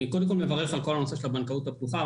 אני מברך על כל הנושא של הבנקאות הפתוחה.